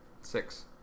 Six